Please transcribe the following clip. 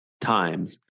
times